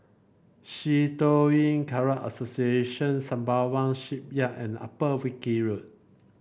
Shitoryu Karate Association Sembawang Shipyard and Upper Wilkie Road